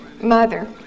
mother